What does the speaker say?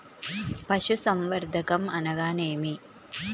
పశుసంవర్ధకం అనగానేమి?